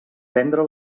prendre